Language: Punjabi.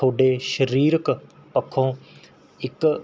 ਤੁਹਾਡੇ ਸਰੀਰਕ ਪੱਖੋਂ ਇੱਕ